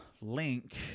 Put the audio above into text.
link